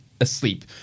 asleep